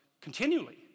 continually